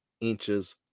inches